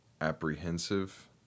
apprehensive